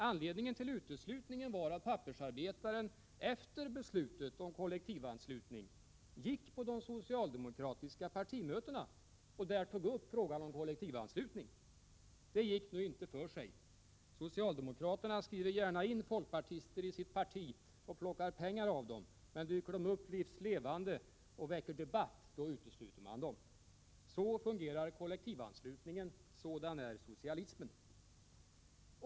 Anledningen till uteslutningen var att pappersarbetaren efter beslutet om kollektivanslutning gick på de socialdemokratiska partimötena och där tog upp frågan om kollektivanslutning. Det gick nu inte för sig. Socialdemokraterna skriver gärna in folkpartister i sitt parti och plockar pengar av dem, men dyker de upp livs levande och väcker debatt, då utesluter man dem. Så fungerar kollektivanslutningen, sådan är socialismen.